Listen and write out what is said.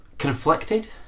Conflicted